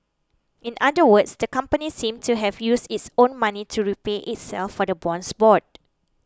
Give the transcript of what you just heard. in other words the company seemed to have used its own money to repay itself for the bonds bought